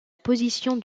position